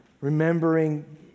remembering